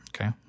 Okay